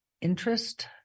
interest